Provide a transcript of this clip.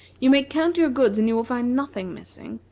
you may count your goods, and you will find nothing missing.